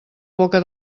boca